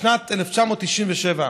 בשנת 1997,